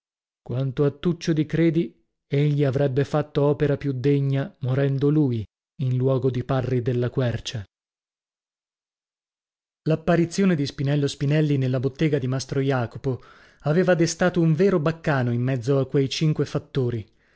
quanto a tuccio di credi egli avrebbe fatto opera più degna morendo lui in luogo di parri della quercia l'apparizione di spinello spinelli nella bottega di mastro jacopo aveva destato un vero baccano in mezzo a quei cinque fattori